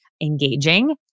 engaging